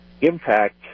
impact